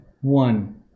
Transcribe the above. one